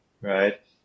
right